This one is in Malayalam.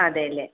അതെല്ലെ